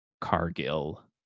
Cargill